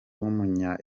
w’umunya